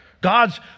God's